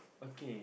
okay